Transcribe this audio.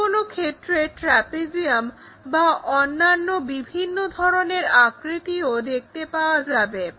কোনো কোনো ক্ষেত্রে ট্রাপিজিয়াম বা অন্যান্য বিভিন্ন ধরনের আকৃতিও দেখতে পাওয়া যাবে